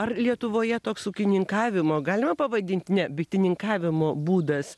ar lietuvoje toks ūkininkavimo galima pavadint ne bitininkavimo būdas